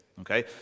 Okay